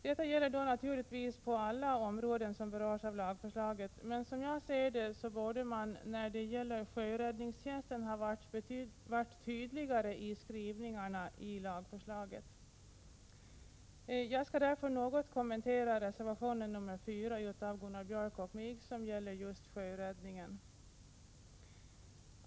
Detta gäller då naturligtvis på alla områden som berörs av lagförslaget, men som jag ser det borde man när det gäller sjöräddningstjänsten ha varit tydligare i skrivningarna i lagförslaget. Jag skall därför något kommentera reservation 4 av Gunnar Björk och mig som gäller just sjöräddningen.